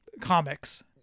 comics